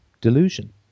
delusion